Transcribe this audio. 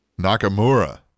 Nakamura